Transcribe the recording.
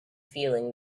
feeling